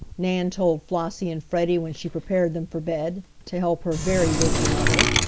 nan told flossie and freddie when she prepared them for bed, to help her very busy mother.